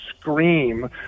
scream